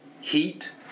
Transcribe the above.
heat